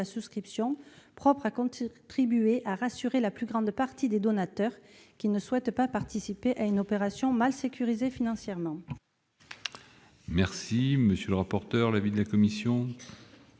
celle-ci, propre à contribuer à rassurer la plus grande partie des donateurs, qui ne souhaitent pas participer à une opération mal sécurisée financièrement. Quel est l'avis de la commission